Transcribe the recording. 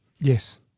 Yes